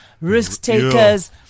risk-takers